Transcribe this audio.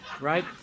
right